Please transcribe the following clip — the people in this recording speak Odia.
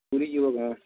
ପୁରୀ ଯିବ କି